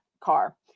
car